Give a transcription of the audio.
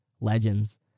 legends